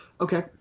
Okay